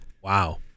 Wow